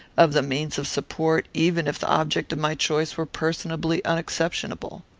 of the means of support, even if the object of my choice were personally unexceptionable.